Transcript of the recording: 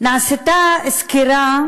נעשתה סקירה,